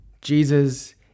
Jesus